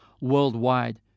worldwide